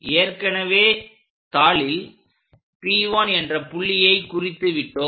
ஏற்கனவே தாளில் P1 என்ற புள்ளியை குறித்து விட்டோம்